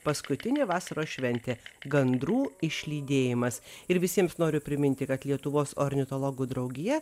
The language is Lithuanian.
paskutinė vasaros šventė gandrų išlydėjimas ir visiems noriu priminti kad lietuvos ornitologų draugija